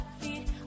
feet